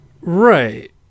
Right